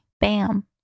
bam